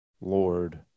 lord